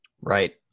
Right